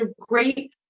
great